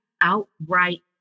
outright